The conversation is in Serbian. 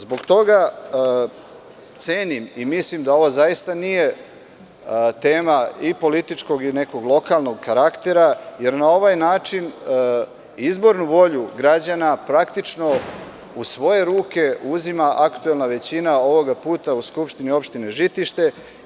Zbog toga, cenim i mislim da ovo zaista nije tema i političkog i nekog lokalnog karaktera, jer na ovaj način izbornu volju građana praktično u svoje ruke uzima aktuelna većina, ovog puta u Skupštine opštine Žitište.